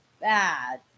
bad